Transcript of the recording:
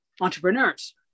entrepreneurs